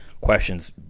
questions